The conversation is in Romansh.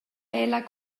ella